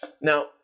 Now